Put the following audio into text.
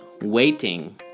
waiting